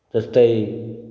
जस्तै